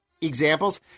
examples